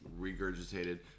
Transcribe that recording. regurgitated